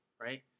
right